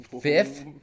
Fifth